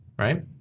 Right